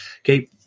Okay